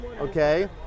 Okay